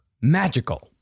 magical